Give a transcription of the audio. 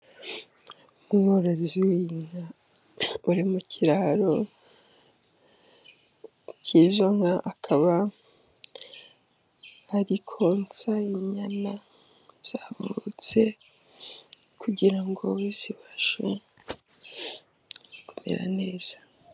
Umworozi w'inka uri mu kiraro k’izo nka，akaba ari konsa inyana zavutse， kugira ngo zibashe kumera neza.